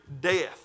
death